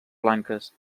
blanques